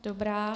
Dobrá.